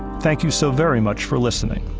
thank you so very much for listening.